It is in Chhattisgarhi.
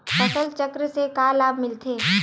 फसल चक्र से का लाभ मिलथे?